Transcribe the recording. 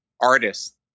artist